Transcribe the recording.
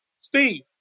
Steve